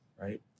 Right